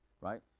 right